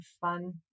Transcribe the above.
fun